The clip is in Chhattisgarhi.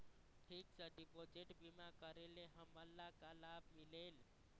फिक्स डिपोजिट बीमा करे ले हमनला का लाभ मिलेल?